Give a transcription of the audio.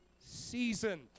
season